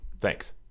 Thanks